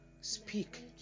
speak